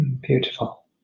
Beautiful